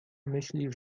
myśli